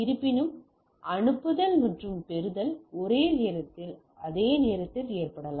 இருப்பினும் அனுப்புதல் மற்றும் பெறுதல் ஒரே நேரத்தில் அதே நேரத்தில் ஏற்படலாம்